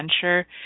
adventure